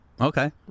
Okay